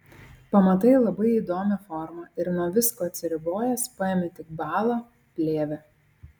pamatai labai įdomią formą ir nuo visko atsiribojęs paimi tik balą plėvę